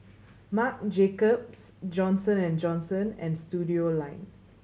Marc Jacobs Johnson and Johnson and Studioline